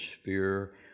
sphere